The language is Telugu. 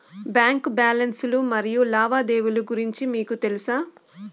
బ్యాంకు బ్యాలెన్స్ లు మరియు లావాదేవీలు గురించి మీకు తెల్సా?